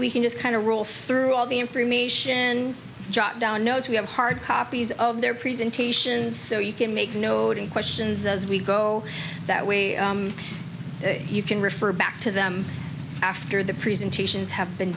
we can just kind of roll through all the information jot down knows we have hard copies of their presentations so you can make note and questions as we go that way you can refer back to them after the presentations have been